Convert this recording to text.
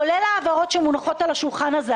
כולל העברות שמונחות על השולחן הזה,